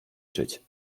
czyć